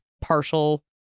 partial